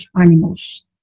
animals